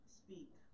speak